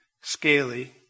scaly